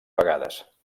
vegades